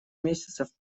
месяцев